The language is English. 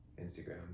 Instagram